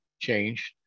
changed